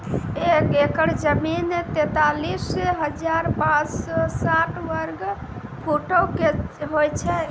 एक एकड़ जमीन, तैंतालीस हजार पांच सौ साठ वर्ग फुटो के होय छै